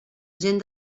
gent